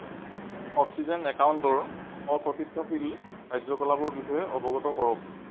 oxygen একাউণ্টৰ অকৰ্তৃত্বশীল কাৰ্য্যকলাপৰ বিষয়ে অৱগত কৰক